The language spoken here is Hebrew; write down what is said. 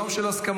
יום של הסכמות,